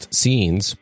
scenes